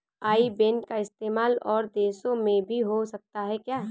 आई bank का इस्तेमाल और देशों में भी हो सकता है क्या?